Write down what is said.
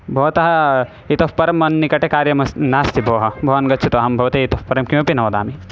भवतः इतः परं मन्निकटे कार्यमस्ति नास्ति भोः भवान् गच्छतु अहं भवते इतः परं किमपि न वदामि